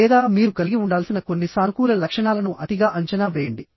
లేదా మీరు కలిగి ఉండాల్సిన కొన్ని సానుకూల లక్షణాలను అతిగా అంచనా వేయండి